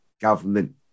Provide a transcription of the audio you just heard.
government